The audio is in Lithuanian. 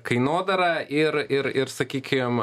kainodarą ir ir ir sakykim